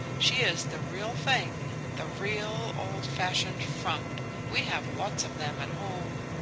she is the real thing the real old-fashioned frump we have lots of them at home.